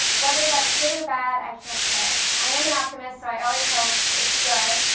whether that's good or bad i can't say. i am an optimist so i always hope it's good.